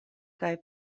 kaj